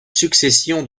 succession